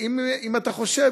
והאם אתה חושב,